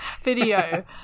video